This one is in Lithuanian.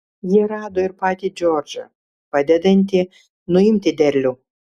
jie rado ir patį džordžą padedantį nuimti derlių